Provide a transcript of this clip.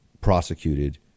prosecuted